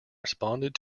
responded